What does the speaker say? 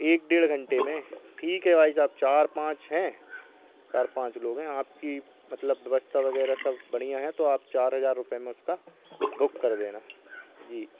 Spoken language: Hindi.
एक डेढ़ घंटे में ठीक है भाई साहब चार पाँच हैं चार पाँच लोग हैं आपकी मतलब व्यवस्था वग़ैरह सब बढ़िया है तो आप चार हज़ार रुपये में उसका बुक कर देना जी